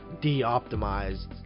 de-optimized